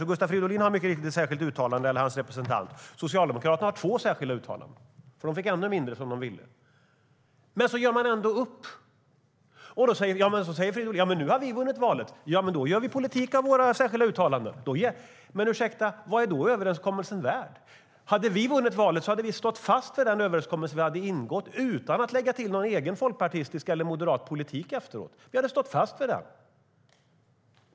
Miljöpartiet har mycket riktigt ett särskilt uttalande, och Socialdemokraterna har till och med två särskilda uttalanden, för de fick ännu mindre som de ville. Men man gjorde upp. Hade vi vunnit valet hade vi stått fast vid den överenskommelse vi hade ingått utan att lägga till någon egen folkpartistisk eller moderat politik. Vi hade stått fast vid den.